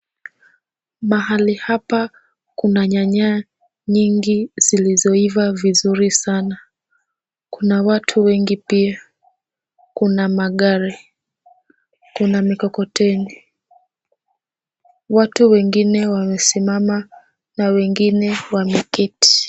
Mahali hapa kuna nyanya nyingi zilizoiva vizuri sana. Kuna watu wengi pia. Kuna magari. Kuna mikokoteni. Watu wengine wamesimama na wengine wameketi.